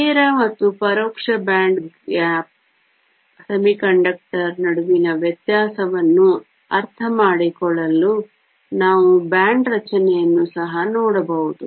ನೇರ ಮತ್ತು ಪರೋಕ್ಷ ಬ್ಯಾಂಡ್ ಗ್ಯಾಪ್ ಅರೆವಾಹಕ ನಡುವಿನ ವ್ಯತ್ಯಾಸವನ್ನು ಅರ್ಥಮಾಡಿಕೊಳ್ಳಲು ನಾವು ಬ್ಯಾಂಡ್ ರಚನೆಯನ್ನು ಸಹ ನೋಡಬಹುದು